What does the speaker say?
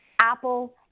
Apple